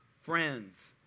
friends